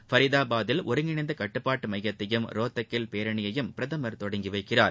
ஃபரிதாபாதில் ஒருங்கிணைந்த கட்டுப்பாட்டு மையத்தையும் ரோத்தக்கில் பேரணியையும் பிரதமர் தொடங்கி வைக்கிறார்